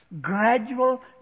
gradual